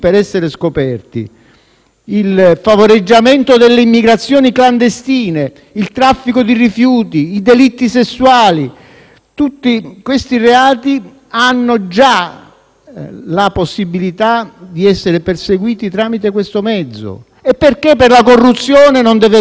Il favoreggiamento dell'immigrazione clandestina, il traffico di rifiuti, i delitti sessuali: tutti questi reati hanno già la possibilità di essere perseguiti tramite questo strumento. Perché dunque per la corruzione non deve essere possibile?